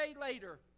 later